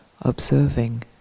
observing